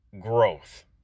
growth